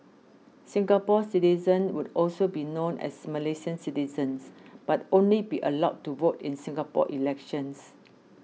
Singapore citizens would also be known as Malaysian citizens but only be allowed to vote in Singapore elections